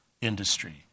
industry